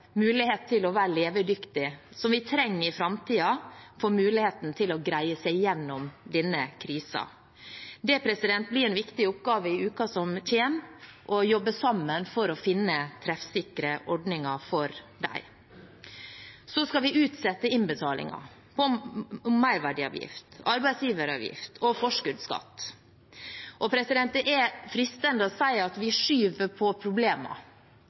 mulighet til å være levedyktige, som vi trenger i framtiden, greier seg gjennom denne krisen. Det blir en viktig oppgave i uken som kommer: å jobbe sammen for å finne treffsikre ordninger for dem. Så skal vi utsette innbetalinger av merverdiavgift, arbeidsgiveravgift og forskuddsskatt. Det er fristende å si at vi skyver på